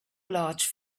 large